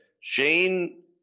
Shane